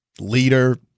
leader